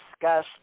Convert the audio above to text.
discuss